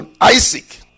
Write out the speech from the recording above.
Isaac